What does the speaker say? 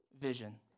vision